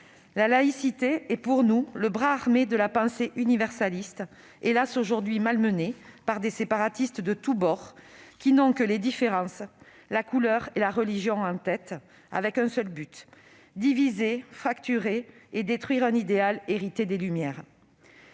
apparaît-elle comme le bras armé de la pensée universaliste, hélas aujourd'hui malmenée par des séparatistes de tous bords qui n'ont que les différences, la couleur et la religion en tête, avec un seul but : diviser, fracturer et détruire un idéal hérité des Lumières.